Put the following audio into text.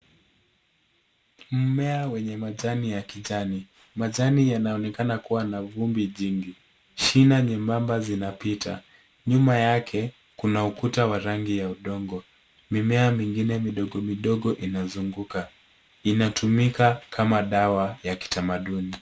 Mmea wenye majani ya kijani, majani yanaonekana kuwa vumbi jingi, shina nyebamba zinapita. Nyuma yake kuna ukuta wa rangi ya udongo, mimea mingine vidogo vidogo inazinguka. Inatumika kama dawa ya kitamaduni.